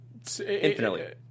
Infinitely